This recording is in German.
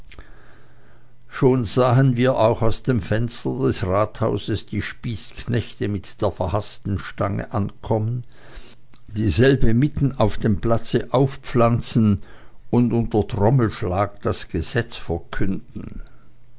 schon sahen wir auch aus dem fenster des rathauses die spießknechte mit der verhaßten stange ankommen dieselbe mitten auf dem platze aufpflanzen und unter trommelschlag das gesetz verkünden